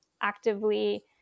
actively